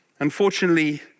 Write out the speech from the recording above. Unfortunately